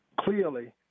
clearly